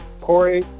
Corey